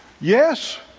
yes